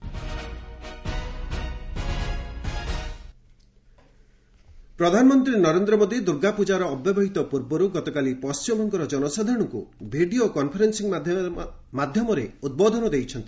PM address ପ୍ରଧାନମନ୍ତ୍ରୀ ନରେନ୍ଦ୍ର ମୋଦୀ ଦୁର୍ଗାପୂଜାର ଅବ୍ୟବହିତ ପୂର୍ବରୁ ଗତକାଲି ପଣ୍ଟିମବଙ୍ଗର ଜନସାଧାରଣଙ୍କୁ ଭିଡ଼ିଓ କନ୍ଫରେନ୍ସିଂ ମାଧ୍ୟମରେ ଉଦ୍ବୋଧନ ଦେଇଛନ୍ତି